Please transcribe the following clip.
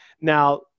Now